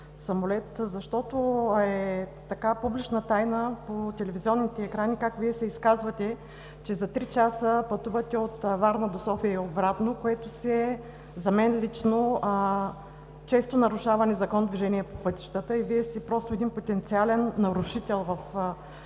защото е публична тайна по телевизионните екрани как се изказвате, че за 3 часа пътувате от Варна до София и обратно. Това за мен лично си е често нарушаван Закон за движение по пътищата. Вие сте просто един потенциален нарушител в